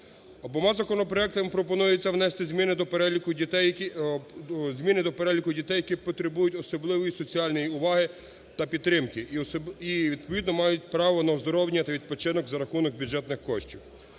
Обома законопроектами пропонується внести зміни до переліку дітей... зміни до переліку дітей, які потребують особливої соціальної уваги та підтримки. І відповідно, мають право на оздоровлення та відпочинок за рахунок бюджетних коштів.